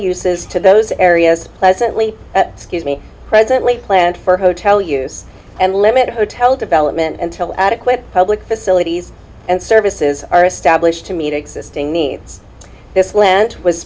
uses to those areas pleasantly scuse me presently planned for hotel use and limited hotel development until adequate public facilities and services are established to meet existing needs this land was